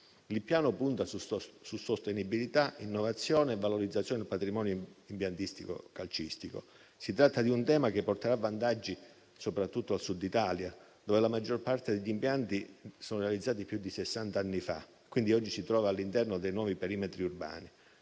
Il piano punta su sostenibilità, innovazione e valorizzazione del patrimonio impiantistico calcistico. Si tratta di un tema che porterà vantaggi soprattutto al Sud Italia, dove la maggior parte degli impianti sono stati realizzati più di sessant'anni fa (quindi oggi si trova all'interno dei nuovi perimetri urbani).